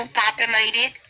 populated